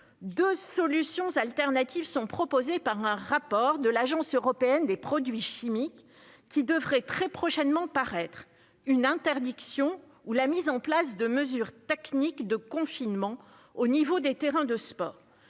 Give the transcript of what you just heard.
Deux solutions sont proposées dans un rapport de l'Agence européenne des produits chimiques (AEPC) qui devrait paraître très prochainement : une interdiction ou la mise en place de mesures techniques de confinement au niveau des terrains de sport.